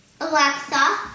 Alexa